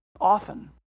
often